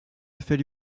effets